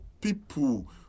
people